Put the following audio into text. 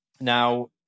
Now